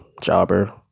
jobber